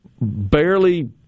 barely